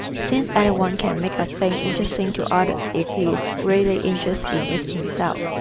since any one can make a thing interesting to others if he is really interested in it himself,